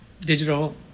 Digital